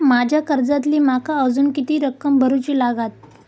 माझ्या कर्जातली माका अजून किती रक्कम भरुची लागात?